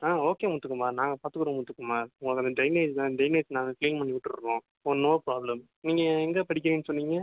ஆ okay Muthukumar நாங்கள் பார்த்துக்குறோம் முத்துக்குமார் உங்களுக்கு அந்த டிரைனேஜ் தானே டிரைனேஜ் நாங்கள் கிளீன் பண்ணிவிட்டுடுறோம் ஓ நோ ப்ராப்ளம் நீங்கள் எங்கே படிக்கிறேன்னு சொன்னீங்க